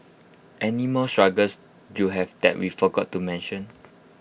any more struggles you have that we forgot to mention